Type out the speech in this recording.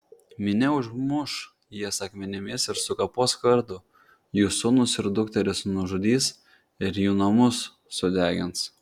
minia užmuš jas akmenimis ir sukapos kardu jų sūnus ir dukteris nužudys ir jų namus sudegins